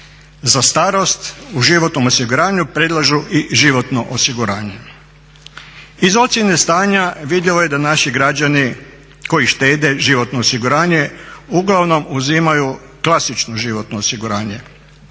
za starost u životnom osiguranju predlažu i životno osiguranje. Iz ocjene stanja vidljivo je da naši građani koji štede životno osiguranje uglavnom uzimaju klasično životno osiguranje,